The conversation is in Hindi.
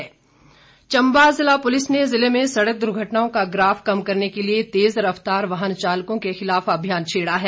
पुलिस चम्बा जिला पुलिस ने जिले में सड़क दुर्घटनाओं का ग्राफ कम करने के लिए तेज रफ्तार वाहन चालकों के खिलाफ अभियान छेड़ा है